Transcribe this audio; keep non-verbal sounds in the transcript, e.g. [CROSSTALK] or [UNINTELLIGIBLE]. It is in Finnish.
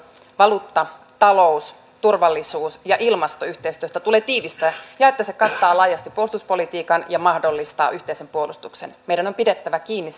valuutta talous turvallisuus ja ilmastoyhteistyöstä tulee tiivistä ja että se kattaa laajasti puolustuspolitiikan ja mahdollistaa yhteisen puolustuksen meidän on pidettävä kiinni [UNINTELLIGIBLE]